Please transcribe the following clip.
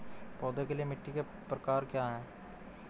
पौधों के लिए मिट्टी के प्रकार क्या हैं?